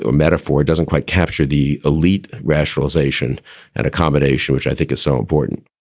ah metaphore doesn't quite capture the elite rationalization and accommodation, which i think is so important